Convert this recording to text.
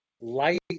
light